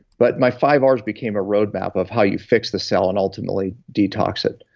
but my five ah rs became a roadmap of how you fix the cell and ultimately detox it.